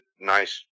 nice